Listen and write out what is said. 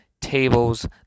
Tables